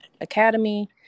academy